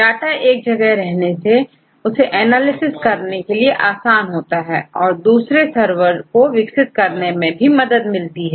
data एक जगह रहने पर उसे एनालिसिस करने के लिए आसान होता है और दूसरे सरवर को विकसित करने में भी मदद मिलती है